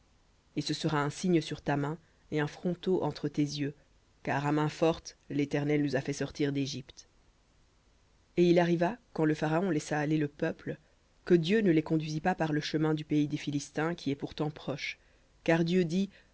et ce sera un signe sur ta main et un fronteau entre tes yeux car à main forte l'éternel nous a fait sortir d'égypte v litt de serviteur v et il arriva quand le pharaon laissa aller le peuple que dieu ne les conduisit pas par le chemin du pays des philistins qui est pourtant proche car dieu dit